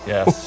Yes